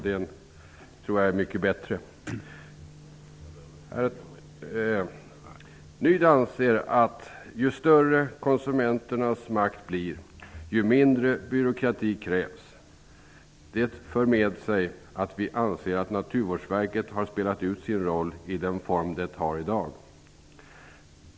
Det tror jag är mycket bättre. Ny demokrati anser att ju större konsumenternas makt blir, desto mindre byråkrati krävs. Det för med sig att vi anser att Naturvårdsverket har spelat ut sin roll i den form det har i dag.